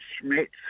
Schmidt